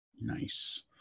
nice